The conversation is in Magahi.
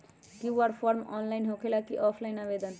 कियु.आर फॉर्म ऑनलाइन होकेला कि ऑफ़ लाइन आवेदन?